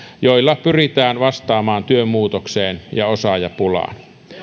joilla pyritään vastaamaan työn muutoksen ja osaajapulaan